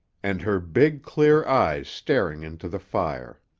and her big, clear eyes staring into the fire.